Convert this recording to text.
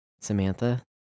Samantha